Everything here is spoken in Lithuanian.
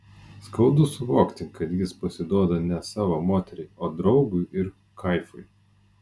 skaudu suvokti kad jis pasiduoda ne savo moteriai o draugui ir kaifui